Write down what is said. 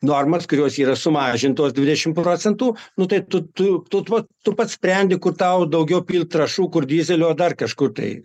normas kurios yra sumažintos dvidešimt procentų nu tai tu tu tut vat tu pats sprendi kur tau daugiau pilt trašų kur dyzelio ar dar kažkur tai